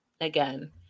again